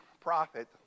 prophet